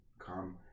come